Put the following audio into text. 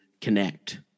connect